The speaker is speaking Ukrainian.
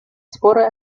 збори